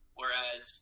whereas